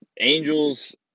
Angels